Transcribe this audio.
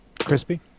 Crispy